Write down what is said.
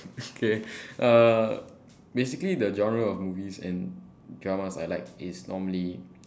okay uh basically the general of movies and dramas I like is normally